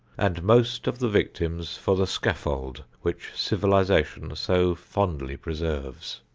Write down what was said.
and most of the victims for the scaffold which civilization so fondly preserves.